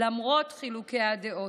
למרות חילוקי הדעות.